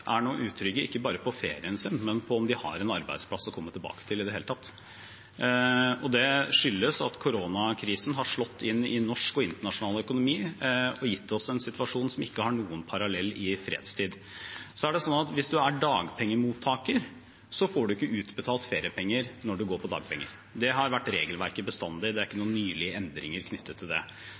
er nå utrygge, og ikke bare på ferien sin, på om de har en arbeidsplass å komme tilbake til i det hele tatt. Det skyldes at koronakrisen har slått inn i norsk og internasjonal økonomi. Det har gitt oss en situasjon som ikke har noen parallell i fredstid. Hvis man er dagpengemottaker, får man ikke utbetalt feriepenger når man går på dagpenger. Det har bestandig vært regelverket. Det er ikke noen nylige endringer knyttet til det.